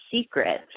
secret